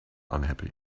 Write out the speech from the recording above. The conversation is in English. unhappy